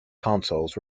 consoles